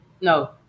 No